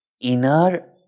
inner